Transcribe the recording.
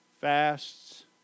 fasts